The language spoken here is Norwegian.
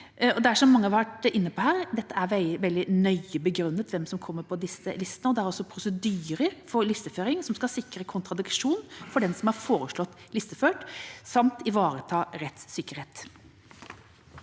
er det veldig nøye begrunnet hvem som kommer på disse listene, og det er også prosedyrer for listeføring som skal sikre kontradiksjon for den som er foreslått listeført, samt ivareta rettssikkerhet.